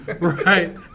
Right